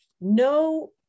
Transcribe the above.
no